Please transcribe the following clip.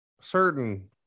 certain